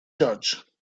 judge